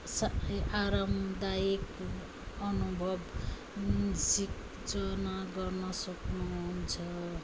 सा ए आरामदायी अनुभव सिर्जना गर्न सक्नुहुन्छ